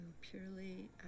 purely